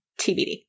TBD